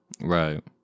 right